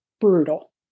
brutal